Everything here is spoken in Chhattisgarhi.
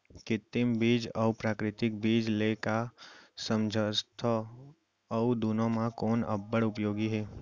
कृत्रिम बीज अऊ प्राकृतिक बीज ले का समझथो अऊ दुनो म कोन अब्बड़ उपयोगी हे?